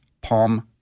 Palm